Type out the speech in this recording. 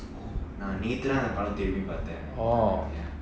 oh நா நேத்துதான் அந்த படம் திரும்பி பாத்தேன்:naa nethuthaan antha padam thirumbi paathen